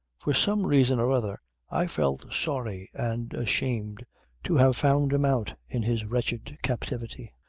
for some reason or other i felt sorry and ashamed to have found him out in his wretched captivity.